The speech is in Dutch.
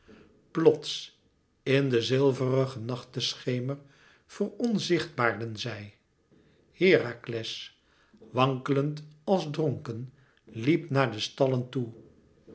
plots in den zilverigen nachteschemer veronzichtbaarden zij herakles wankelend als dronken liep naar de stallen toe